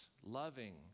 loving